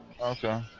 Okay